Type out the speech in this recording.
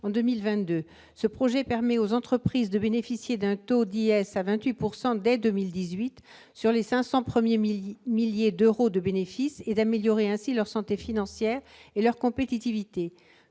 en 2022. Ce projet permet aux entreprises de bénéficier d'un taux d'IS à 28 % dès 2018 sur les cinq cents premiers milliers d'euros de bénéfices et d'améliorer ainsi leur santé financière et leur compétitivité.